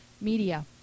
Media